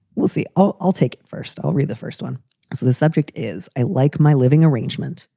we'll see. oh, i'll take it first. i'll read the first one. so the subject is i like my living arrangement,